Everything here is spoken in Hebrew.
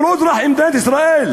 הוא לא אזרח מדינת ישראל?